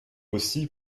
aussi